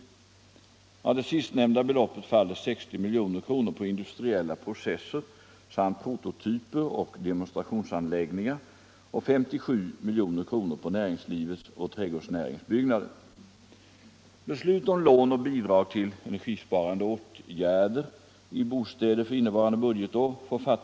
Av det sistnämnda beloppet faller 60 milj.kr. på industriella processer samt prototyper och demonstrationsanläggningar och 57 milj.kr. på näringslivets och trädgårdsnäringens byggnader.